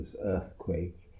earthquake